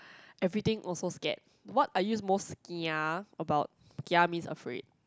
everything also scared what are you most kia about kia means afraid